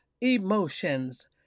emotions